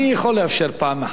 אני יכול לאפשר פעם אחת,